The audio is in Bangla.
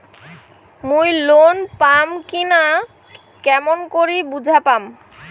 মুই লোন পাম কি না কেমন করি বুঝা পাম?